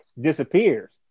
disappears